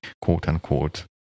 quote-unquote